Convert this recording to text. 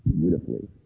beautifully